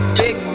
big